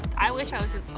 i wish i was in